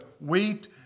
wheat